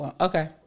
Okay